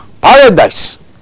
Paradise